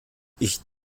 ich